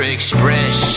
Express